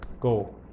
go